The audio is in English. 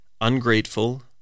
ungrateful